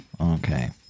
Okay